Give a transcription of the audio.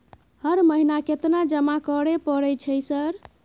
हर महीना केतना जमा करे परय छै सर?